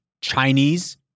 Chinese